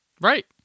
Right